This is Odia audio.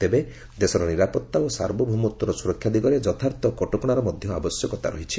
ଚେବେ ଦେଶର ନିରାପତ୍ତା ଓ ସର୍ବଭୌମତ୍ୱର ସୁରକ୍ଷା ଦିଗରେ ଯଥାର୍ଥ କଟକଣାର ଆବଶ୍ୟକତା ରହିଛି